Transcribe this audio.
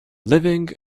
living